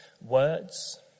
words